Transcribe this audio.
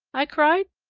i cried.